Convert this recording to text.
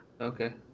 Okay